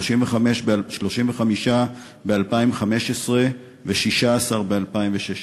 35 ב-2015 ו-16 ב-2016.